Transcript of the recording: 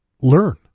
learn